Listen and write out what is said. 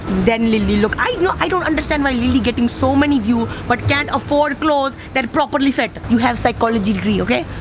then lilly, look. i, no, i don't understand why lilly getting so many view but can't afford clothes that properly fit. you have psychology degree, okay?